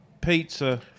pizza